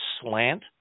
slant